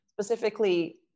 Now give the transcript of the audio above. specifically